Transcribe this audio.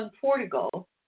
Portugal